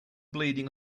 bleeding